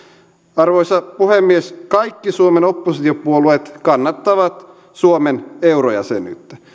arvoisa puhemies kaikki suomen oppositiopuolueet kannattavat suomen eurojäsenyyttä